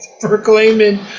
proclaiming